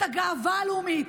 את הגאווה הלאומית.